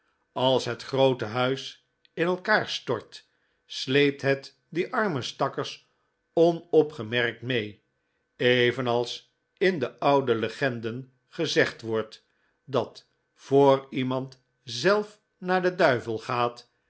als het groote huis in elkaar stort sleept het die arme stakkers onopgemerkt mee evenals in de oude legenden gezegd wordt dat voor iemand zelf naar den duivel gaat